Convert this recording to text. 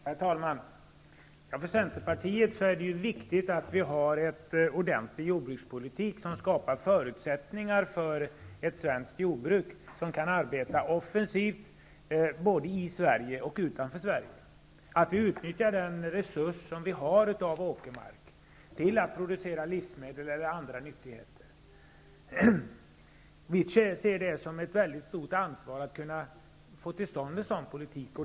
Herr talman! Från Centerpartiets sida tycker vi att det är viktigt att vi har en ordentlig jordbrukspolitik, som skapar förutsättningar för ett svenskt jordbruk som kan arbeta offensivt både i Sverige och utomlands. Vi skall utnyttja den resurs vi har av åkermark till att producera livsmedel eller andra nyttigheter. Vi ser det som ett mycket stort ansvar att kunna få till stånd en sådan politik.